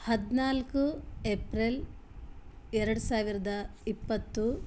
ಹದಿನಾಲ್ಕು ಎಪ್ರಿಲ್ ಎರಡು ಸಾವಿರದ ಇಪ್ಪತ್ತು